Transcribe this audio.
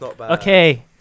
Okay